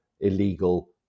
illegal